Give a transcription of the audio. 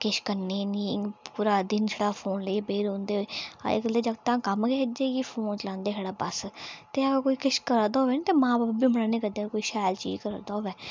किश करने निं पूरा दिन छड़ा फोन लेइयै बेही रौंहदे अजकल जागतै दा कम्म गै इ'यै कि फोन चलांदे छड़ा बस ते अगर कोई किश करा दा होऐ निं तां मां बब्ब बी मना निं करदे है'न शैल चीज़ करदा होऐ